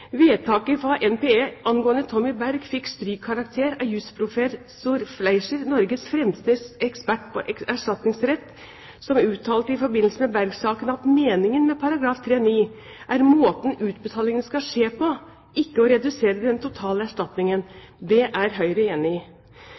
Vedtaket fra NPE angående Tommy Berg fikk strykkarakter av jusprofessor Fleischer, Norges fremste ekspert på erstatningsrett, som uttalte i forbindelse med Berg-saken at meningen med § 3-9 er måten utbetalingen skal skje på, ikke å redusere den totale erstatningen. Det er Høyre enig i.